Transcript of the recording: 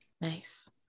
nice